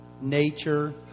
nature